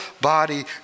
body